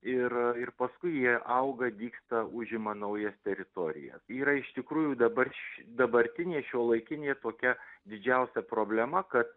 ir ir paskui jie auga dygsta užima naujas teritorijas yra iš tikrųjų dabar š dabartinė šiuolaikinė tokia didžiausia problema kad